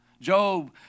Job